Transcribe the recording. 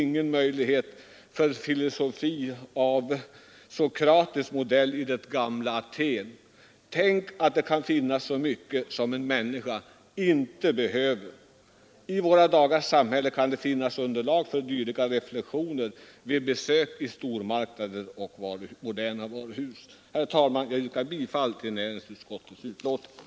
Det finns ingen plats för en filosofi av Sokrates” modell i det gamla Aten: Tänk att det kan finnas så mycket som en människa inte behöver! I våra dagars samhälle kan det finnas underlag för dylika reflexioner vid besök i stormarknader och varuhus. Herr talman! Jag yrkar bifall till utskottets hemställan.